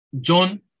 John